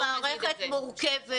זו מערכת מורכבת.